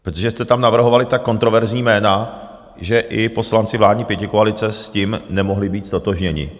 Protože jste tam navrhovali tak kontroverzní jména, že i poslanci vládní pětikoalice s tím nemohli být ztotožněni.